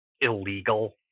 illegal